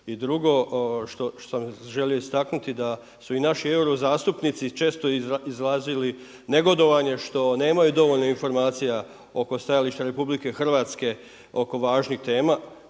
I drugo, što želim istaknuti da su i naši eurozastupnici često izrazili negodovanje što nemaju dovoljno informacija oko stajališta RH oko važnih tema,